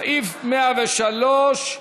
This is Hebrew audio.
סעיף 103?